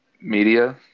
media